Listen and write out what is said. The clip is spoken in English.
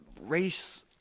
race